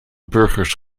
burgers